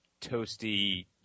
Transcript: toasty